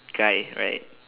guy right